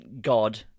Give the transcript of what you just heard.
God